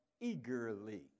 eagerly